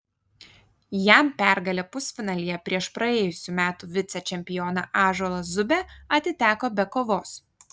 jam pergalė pusfinalyje prieš praėjusių metų vicečempioną ąžuolą zubę atiteko be kovos